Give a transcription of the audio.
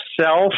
self